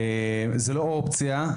זו לא אופציה.